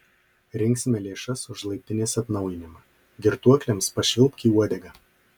rinksime lėšas už laiptinės atnaujinimą girtuokliams pašvilpk į uodegą